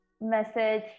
message